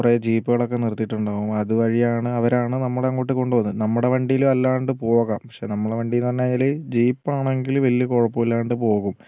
കുറേ ജീപ്പുകൾ ഒക്കെ നിർത്തിയിട്ടുണ്ടാവും അതുവഴിയാണ് അവരാണ് നമ്മളെ അങ്ങോട്ട് കൊണ്ടുപോകുന്നത് നമ്മുടെ വണ്ടിലും അല്ലാണ്ടും പോകാം പക്ഷേ നമ്മുടെ വണ്ടി എന്നു പറഞ്ഞു കഴിഞ്ഞാല് ജീപ്പ് ആണെങ്കിൽ വലിയ കുഴപ്പം ഇല്ലാണ്ട് പോകും